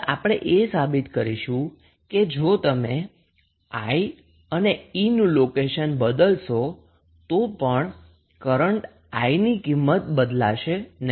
હવે આપણે એ સાબિત કરીશું કે જો તમે I અને E નું લોકેશન બદલશો તો પણ કરન્ટ I ની કિંમત બદલાશે નહી